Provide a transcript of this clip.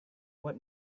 what